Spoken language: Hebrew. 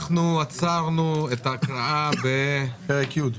עצרנו את ההקראה בפרק י':